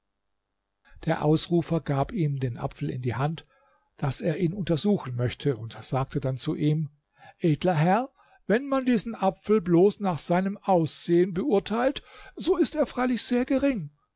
der ausrufer gab ihm den apfel in die hand daß er ihn untersuchen möchte und sagte dann zu ihm edler herr wenn man diesen apfel bloß nach seinem aussehen beurteilt so ist er freilich sehr gering